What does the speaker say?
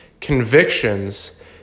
convictions